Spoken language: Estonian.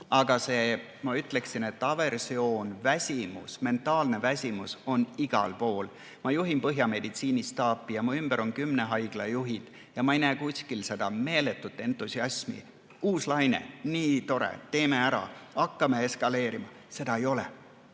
see, ma ütleksin, aversioon, väsimus, mentaalne väsimus on igal pool. Ma juhin Põhja meditsiinistaapi, minu ümber on kümne haigla juhid ja ma ei näe kuskil meeletut entusiasmi: uus laine, nii tore, teeme ära, hakkame eskaleerima! Seda ei ole.